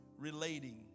relating